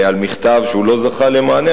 על מכתב שלא זכה למענה,